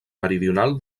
meridional